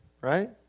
right